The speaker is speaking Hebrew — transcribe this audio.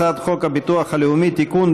הצעת חוק הביטוח הלאומי (תיקון,